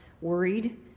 worried